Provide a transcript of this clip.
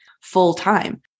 full-time